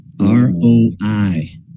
R-O-I